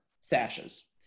sashes